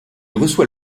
reçoit